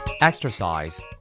Exercise